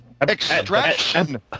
extraction